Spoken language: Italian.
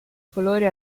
colore